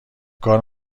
کار